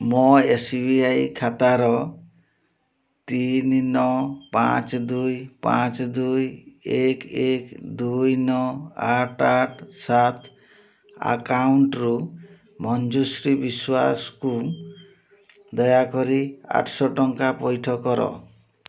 ମୋ S B I ଖାତାର ତିନି ନଅ ପାଞ୍ଚ ଦୁଇ ପାଞ୍ଚ ଦୁଇ ଏକ ଏକ ଦୁଇ ନଅ ଆଠ ଆଠ ସାତ ଆକାଉଣ୍ଟ୍ରୁ ମଞ୍ଜୁଶ୍ରୀ ବିଶ୍ୱାସକୁ ଦୟାକରି ଆଠଶହ ଟଙ୍କା ପଇଠ କର